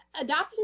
adoption